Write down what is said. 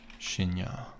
Shinya